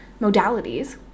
modalities